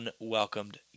unwelcomed